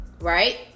right